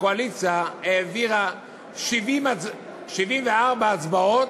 הקואליציה העבירה 74 הצבעות,